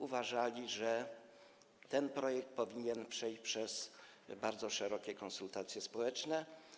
Uważali, że ten projekt powinien przejść przez bardzo szerokie konsultacje społeczne.